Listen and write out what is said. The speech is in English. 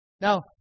Now